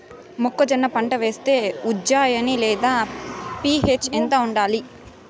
మొక్కజొన్న పంట వేస్తే ఉజ్జయని లేదా పి.హెచ్ ఎంత ఉండాలి?